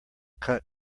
cut